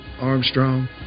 Armstrong